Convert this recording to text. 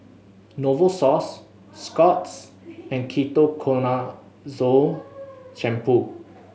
Novosource Scott's and Ketoconazole Shampoo